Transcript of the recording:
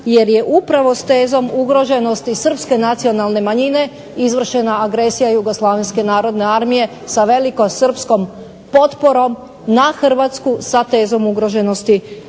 jer je upravo s tezom ugroženosti srpske nacionalne manjine izvršena agresija JNA sa velikosrpskom potporom na Hrvatsku sa tezom ugroženosti